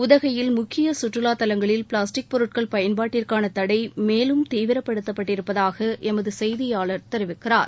உதகையில் முக்கிய சுற்றுலா தலங்களில் பிளாஸ்டிக் பொருட்கள் பயன்பாட்டிற்கான தடை மேலும் தீவிரப்படுத்தப்பட்டிருப்பதாக எமது செய்தியாளர் தெரிவிக்கிறார்